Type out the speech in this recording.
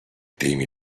temi